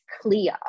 clear